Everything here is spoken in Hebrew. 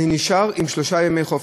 אני נשאר עם שלושה ימי חופש.